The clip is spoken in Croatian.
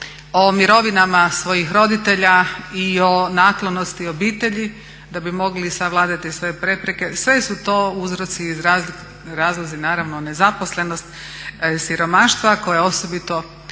o mirovinama svojih roditelja i o naklonosti obitelji da bi mogli savladati sve prepreke. Sve su to uzroci i razlozi naravno nezaposlenosti i siromaštva koje osobito